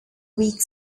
weak